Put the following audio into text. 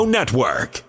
Network